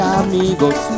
amigos